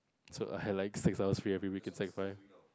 so I had like six hours free every week in sec five